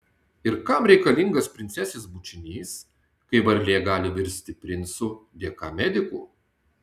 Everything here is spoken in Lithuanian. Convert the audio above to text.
ir kam reikalingas princesės bučinys kai varlė gali virsti princu dėka medikų